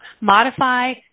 modify